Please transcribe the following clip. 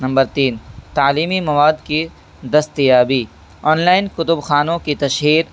number تین تعلیمی مواد کی دستیابی آنلائن کتب خانوں کی تشہیر